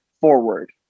forward